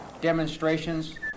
demonstrations